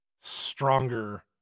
stronger